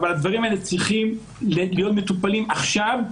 אבל הדברים האלה צריכים להיות מטופלים עכשיו,